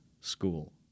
school